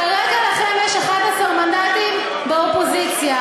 כרגע לכם יש 11 מנדטים, באופוזיציה.